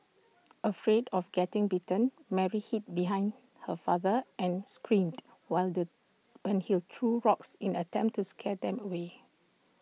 afraid of getting bitten Mary hid behind her father and screamed while the threw rocks in attempt to scare them away